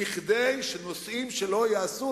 כדי שנושאים שלא ייעשו,